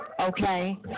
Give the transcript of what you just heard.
Okay